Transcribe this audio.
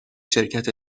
شرکت